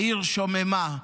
העיר שוממה.